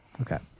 okay